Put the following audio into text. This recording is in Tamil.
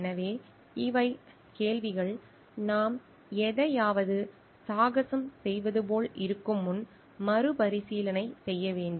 எனவே இவை கேள்விகள் நாம் எதையாவது சாகசம் செய்வது போல் இருக்கும் முன் மறுபரிசீலனை செய்ய வேண்டும்